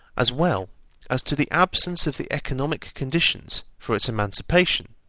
as well as to the absence of the economic conditions for its emancipation,